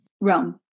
Rome